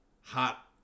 hot